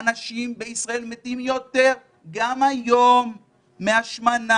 אנשים בישראל מתים יותר גם היום מהשמנה,